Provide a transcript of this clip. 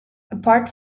apart